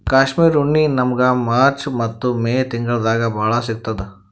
ಕಾಶ್ಮೀರ್ ಉಣ್ಣಿ ನಮ್ಮಗ್ ಮಾರ್ಚ್ ಮತ್ತ್ ಮೇ ತಿಂಗಳ್ದಾಗ್ ಭಾಳ್ ಸಿಗತ್ತದ್